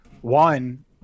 one